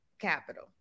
Capital